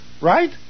right